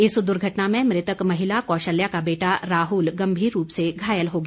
इस दुर्घटना में मृतक महिला कौशल्या का बेटा राहुल गंभीर रूप से घायल हो गया